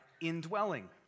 indwelling